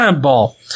Ball